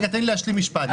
תן לי להשלים משפט.